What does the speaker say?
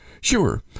sure